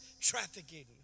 trafficking